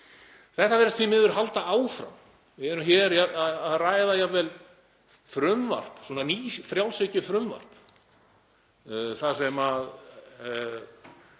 Þetta virðist því miður halda áfram. Við erum hér að ræða frumvarp, svona nýfrjálshyggjufrumvarp, þar sem hæstv.